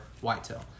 whitetail